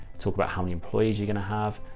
talk about how many employees you're going to have.